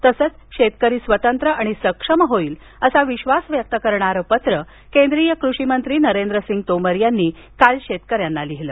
तसंच शेतकरी स्वतंत्र आणि सक्षम होईल असा विश्वास व्यक्त करणारं पत्र केंद्रिय कृषी मंत्री नरेंद्रसिंग तोमर यांनी काल शेतकऱ्यांना लिहीलं